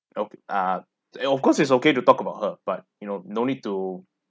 ok~ ah of course is okay to talk about her but you know no need to